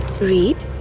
read.